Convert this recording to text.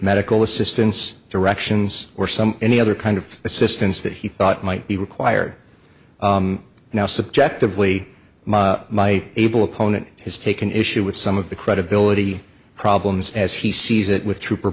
medical assistance directions or some any other kind of assistance that he thought might be required now subjectively my able opponent has taken issue with some of the credibility problems as he sees it with trooper